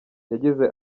yagize